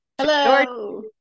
Hello